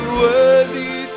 worthy